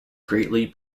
greatly